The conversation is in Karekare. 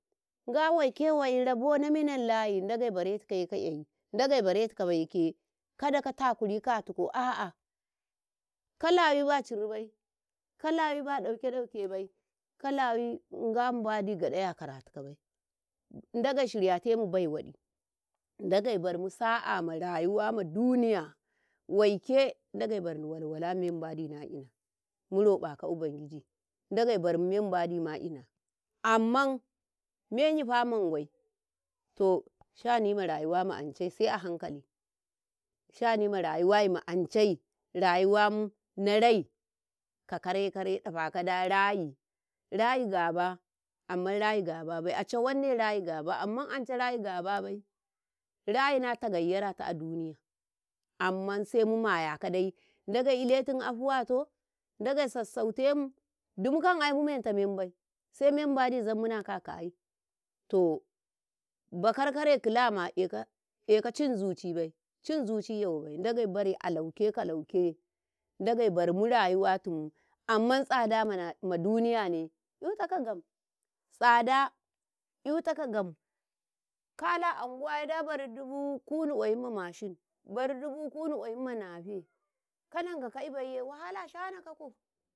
﻿Nga waike wai raba na minallahi, Ndageiye ka'eh, Ndagei baretikabai ke kada ka takuri katiko, a'a ka lawi ba ciribai ka lawi ba ɗauke-ɗauke bai, ka law Nga mbandi gaɗa 'yakaratikabai, Ndagei shiryatemu bai waɗi, Ndagei barmu sa'a ma rayuwa ma duniya, waike Ndagei barni walwala me mbandi naina muroɓaka ubangiji, Ndagei barmu me mbandi maina, amman menyifa mangwi, to sha'ani ma rayuwa ma ance sai a hankali, sha'ani ma rayuwar ma ancei rayuwamu, na rai ka kare-kare ɗafakada rayi, rayi gaba amman rayi gababai a cawanne rayi gaba amman ance rayi gababai, rayi na tagayyarata a duniya amman sai mu mayakadai Ndagei iletu afuwa to Ndagei sassautemu, dimuka ai mu menta membai sai me mbandi zan munaka akayi to bakar-kare kilama ehk, ehka cin zucibai, cin zuci 'yawabai Ndagei bare alauke ka lauke, Ndagei barmu rayuwatimu, amman tsada ma duniyane 'yutakagam tsada 'yutakagam kala anguwaye da bari dubu kunu ƙkwayim ma mashin, bari dubu kunu ƙwayim ma nafe, kananka ibaiye wahala shanakakau.